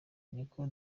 niko